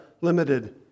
limited